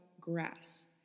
grass